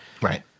Right